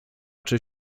czy